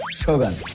shogun.